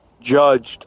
judged